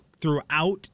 throughout